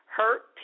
hurt